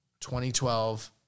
2012